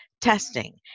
testing